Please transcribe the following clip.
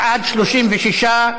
בעד, 36,